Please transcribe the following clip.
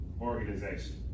organization